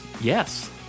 Yes